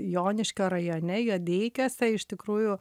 joniškio rajone juodeikiuose iš tikrųjų